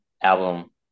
album